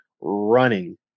running